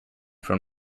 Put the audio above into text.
from